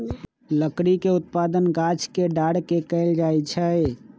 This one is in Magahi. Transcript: लकड़ी के उत्पादन गाछ के डार के कएल जाइ छइ